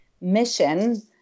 mission